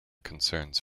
concerns